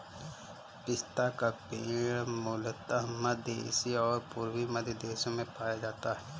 पिस्ता का पेड़ मूलतः मध्य एशिया और पूर्वी मध्य देशों में पाया जाता है